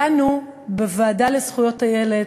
דנו בוועדה לזכויות הילד,